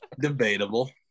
Debatable